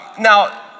Now